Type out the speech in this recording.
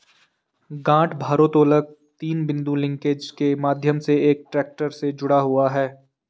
गांठ भारोत्तोलक तीन बिंदु लिंकेज के माध्यम से एक ट्रैक्टर से जुड़ा हुआ है